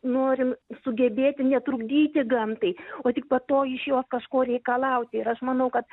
norim sugebėti netrukdyti gamtai o tik po to iš jos kažko reikalauti ir aš manau kad